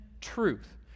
truth